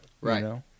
Right